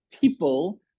people